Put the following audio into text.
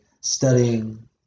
studying